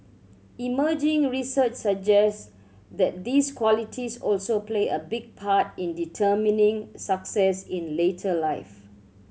emerging research suggests that these qualities also play a big part in determining success in later life